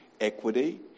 equity